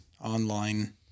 online